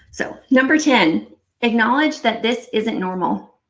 so, number ten acknowledge that this isn't normal.